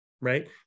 right